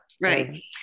Right